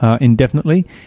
indefinitely